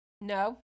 No